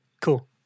Cool